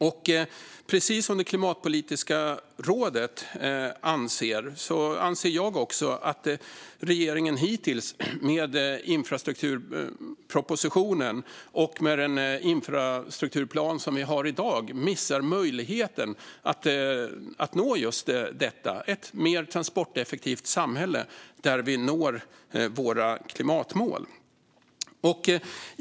Jag anser, precis som Klimatpolitiska rådet, att regeringen, med infrastrukturpropositionen och med den infrastrukturplan som vi har i dag, missar möjligheten att nå just detta: ett mer transporteffektivt samhälle där vi når våra klimatmål.